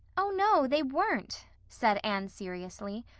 oh, no, they weren't, said anne seriously.